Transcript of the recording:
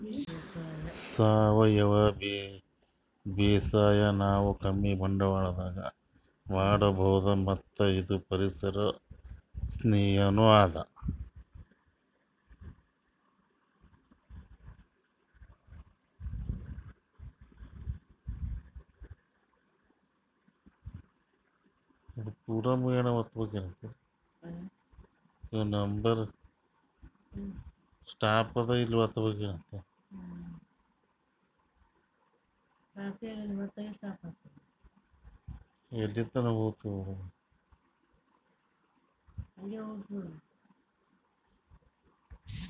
ಸಾವಯವ ಬೇಸಾಯ್ ನಾವ್ ಕಮ್ಮಿ ಬಂಡ್ವಾಳದಾಗ್ ಮಾಡಬಹುದ್ ಮತ್ತ್ ಇದು ಪರಿಸರ್ ಸ್ನೇಹಿನೂ ಅದಾ